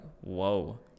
whoa